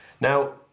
Now